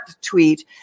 tweet